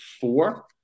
four